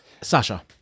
Sasha